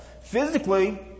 Physically